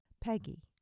Peggy